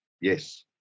Yes